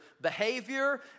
behavior